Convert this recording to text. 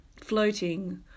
floating